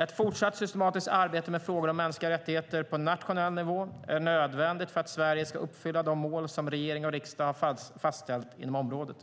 Ett fortsatt systematiskt arbete med frågor om mänskliga rättigheter på nationell nivå är nödvändigt för att Sverige ska uppfylla de mål som regering och riksdag har fastställt inom området.